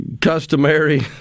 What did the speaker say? customary